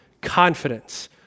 confidence